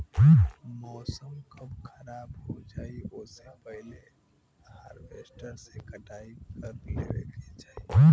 मौसम कब खराब हो जाई ओसे पहिले हॉरवेस्टर से कटाई कर लेवे के चाही